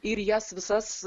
ir jas visas